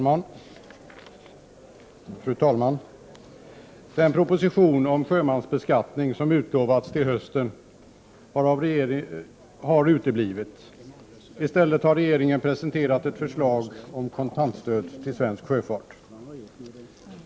Fru talman! Den proposition om sjömansbeskattning som utlovats till hösten har uteblivit. I stället har regeringen presenterat ett förslag om kontantstöd till svensk sjöfart.